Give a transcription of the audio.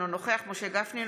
אינו נוכח משה גפני,